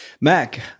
Mac